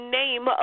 name